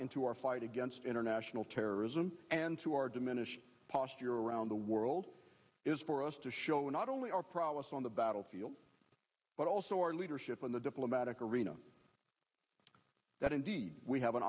and to our fight against international terrorism and to our diminished posture around the world is for us to show not only our problems on the battlefield but also our leadership in the diplomatic arena that indeed we have an